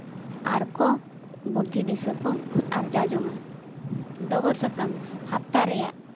ᱟᱨᱠᱚ ᱵᱩᱫᱽᱫᱷᱤ ᱫᱤᱥᱟᱹ ᱠᱚ ᱟᱨᱡᱟᱣ ᱡᱚᱝᱼᱟ ᱰᱚᱜᱚᱨ ᱥᱟᱛᱟᱢ ᱦᱟᱯᱛᱟ ᱨᱮᱭᱟᱜ